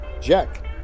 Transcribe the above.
Jack